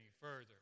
further